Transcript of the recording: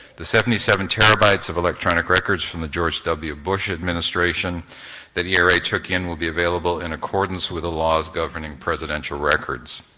the seventy seven terabytes of electronic records from the george w. bush administration that era took in will be available in accordance with the laws governing presidential records.